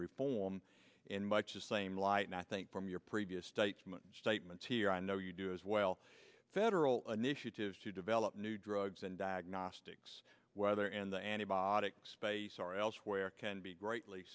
reform in much the same light now i think from your previous statement statements here i know you do as well federal initiatives to develop new drugs and diagnostics whether in the antibiotic space or elsewhere can be greatly